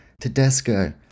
Tedesco